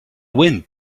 wind